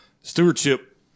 stewardship